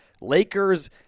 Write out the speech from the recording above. Lakers